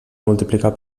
multiplicar